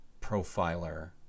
profiler